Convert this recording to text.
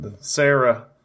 Sarah